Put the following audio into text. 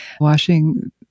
washing